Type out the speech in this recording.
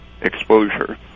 exposure